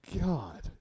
god